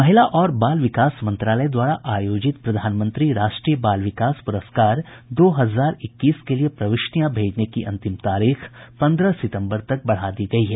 महिला और बाल विकास मंत्रालय द्वारा आयोजित प्रधानमंत्री राष्ट्रीय बाल विकास प्रस्कार दो हजार इक्कीस के लिए प्रविष्टियां भेजने की अंतिम तारीख पंद्रह सितंबर तक बढ़ा दी गई है